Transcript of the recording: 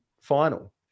final